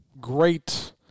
great